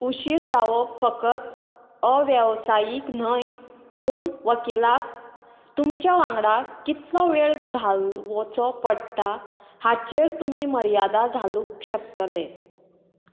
उशीर जावप फकत अव्यावसायीक न्हय पूण वकिलाक तुमच्या वांगडा कितलो वेळ घालोवचो पडटा हाचेर तुमी मर्यादा घालूंक शकतले